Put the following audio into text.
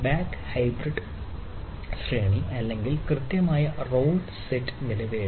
back hybrid ശ്രേണി അല്ലെങ്കിൽ കൃത്യമായി റോൾ സെറ്റ് നിലവിലില്ല